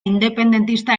independentista